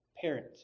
parent